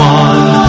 one